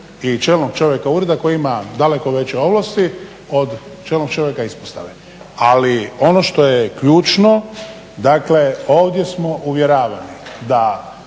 i čelnog čovjeka ureda koji ima daleko veće ovlasti od čelnog čovjeka ispostave. Ali, ono što je ključno, dakle ovdje smo uvjeravani da